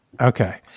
Okay